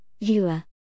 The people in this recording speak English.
Viewer